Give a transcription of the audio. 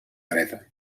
dreta